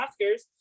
Oscars